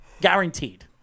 Guaranteed